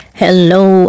Hello